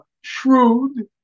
shrewd